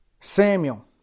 Samuel